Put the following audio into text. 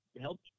help